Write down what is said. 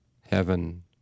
heaven